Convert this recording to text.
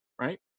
right